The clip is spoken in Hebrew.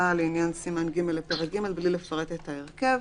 לעניין סימן ג' לפרק ג' בלי לפרט את ההרכב.